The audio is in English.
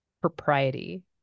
propriety